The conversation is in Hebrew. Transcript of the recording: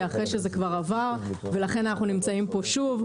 אחרי שזה כבר עבר ולכן אנחנו נמצאים פה שוב,